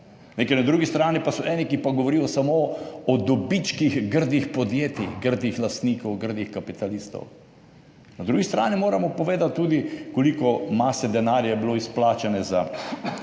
Ker so na drugi strani eni, ki govorijo samo o dobičkih grdih podjetij, grdih lastnikov, grdih kapitalistov. Na drugi strani moramo povedati tudi, koliko mase denarja je bilo izplačane za